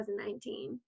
2019